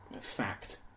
fact